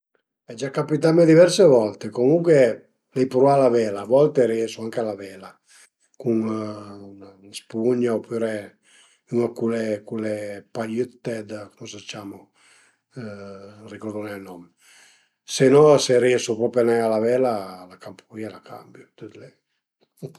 Al e già capitame diverse volte comucue l'ai pruvà a lavela, a volte riesu anche a lavela cun 'na spugna opüre üna cule cule paiëtte da cum a së ciamu më ricordu nen ël nom, se no se riesu propi nen a lavela la campu vìa, la cambiu, tüt li